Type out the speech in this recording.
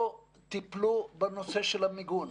לא טיפלו בנושא של המיגון.